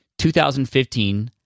2015